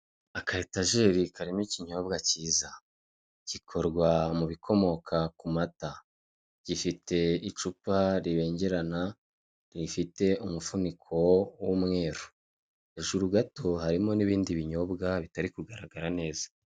Akayetajeri karimo ikinyobwa kiza gikorwa mu bikomoka ku mata, gifite icupa ribengerana rifite umufuniko w'umweru. Hejuru gato harimo n'ibindi binyobwa bitari kugaragara neza.